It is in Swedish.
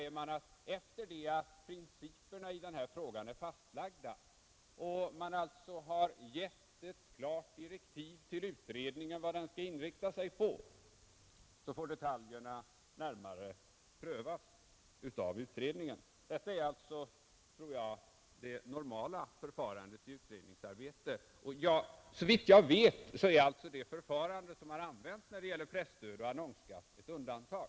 Efter det att principerna i denna fråga är fastlagda och man alltså har givit utredningen klara direktiv om vad den skall inrikta sig på får detaljerna närmare prövas av utredningen. Detta är, tror jag, det normala förfarandet vid utredningsarbete, och såvitt jag vet är det tillvägagångssätt som har använts när det gäller presstödet och annonsskatten ett undantag.